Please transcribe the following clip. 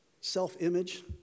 self-image